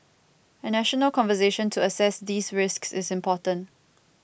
a national conversation to assess these risks is important